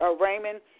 Raymond